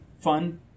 fun